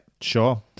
Sure